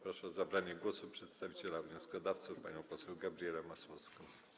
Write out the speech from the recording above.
Proszę o zabranie głosu przedstawiciela wnioskodawców panią poseł Gabrielę Masłowską.